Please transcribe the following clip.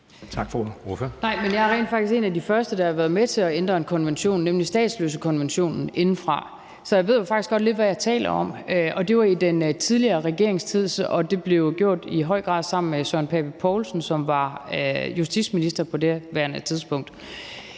jeg er rent faktisk en af de første, der har været med til at ændre en konvention, nemlig statsløsekonventionen, indefra. Så jeg ved faktisk godt lidt, hvad jeg taler om. Det var jo under den tidligere regering, og det blev i høj grad gjort sammen med hr. Søren Pape Poulsen, som var justitsminister på daværende tidspunkt.